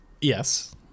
Yes